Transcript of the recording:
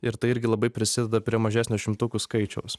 ir tai irgi labai prisideda prie mažesnio šimtukų skaičiaus